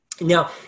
Now